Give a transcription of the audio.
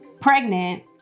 pregnant